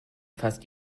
fast